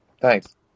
Thanks